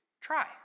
try